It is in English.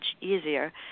easier